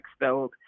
expelled